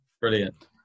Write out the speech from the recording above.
brilliant